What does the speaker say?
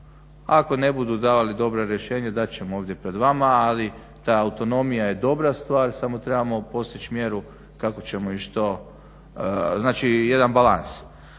ako ne budu davali dobra rješenja dat ćemo ovdje pred vama ali ta autonomija je dobra stvar samo trebamo postići mjeru kako ćemo i što znači jedan balans.